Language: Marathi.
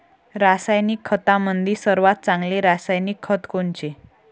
रासायनिक खतामंदी सर्वात चांगले रासायनिक खत कोनचे?